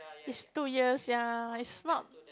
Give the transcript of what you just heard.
is two years ya is not